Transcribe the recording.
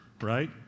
right